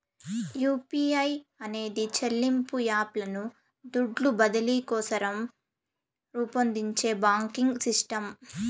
UPI అనేది చెల్లింపు app లను దుడ్లు బదిలీ కోసరం రూపొందించే బాంకింగ్ సిస్టమ్